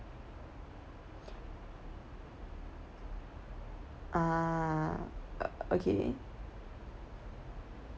ah okay